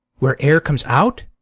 where air comes out,